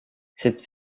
cette